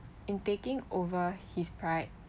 in taking over his pride